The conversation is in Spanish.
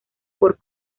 por